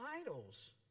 idols